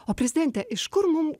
o prezidente iš kur mum